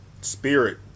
Spirit